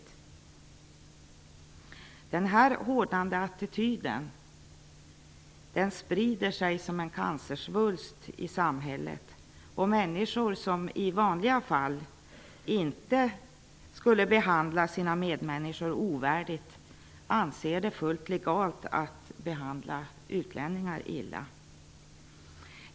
Denna hårdnande attityd sprider sig som en cancersvulst i samhället. Människor som i vanliga fall inte skulle behandla sina medmänniskor ovärdigt anser det fullt legalt att behandla utlänningar illa.